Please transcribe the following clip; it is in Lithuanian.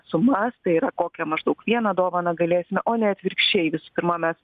sumas tai yra kokią maždaug vieną dovaną galėsime o ne atvirkščiai visų pirma mes